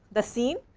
the scene,